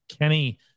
Kenny